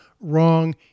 wrong